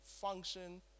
function